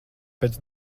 pēc